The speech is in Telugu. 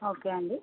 ఓకే అండి